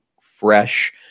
fresh